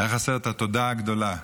הייתה חסרה התודה הגדולה,